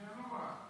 שינוח.